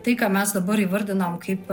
tai ką mes dabar įvardinam kaip